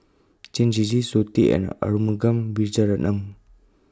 Chen Shiji Zoe Tay and Arumugam Vijiaratnam